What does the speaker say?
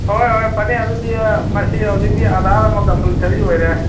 ꯍꯣꯏ ꯍꯣꯏ ꯐꯅꯤ ꯑꯗꯨꯗꯤ ꯃꯁꯤ ꯍꯧꯖꯤꯛꯇꯤ ꯑꯥꯗꯥꯔ ꯑꯃ ꯀꯝꯄꯜꯁꯔꯤ ꯑꯣꯏꯔꯦ